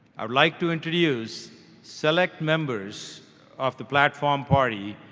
i would like to introduce select members of the platform party,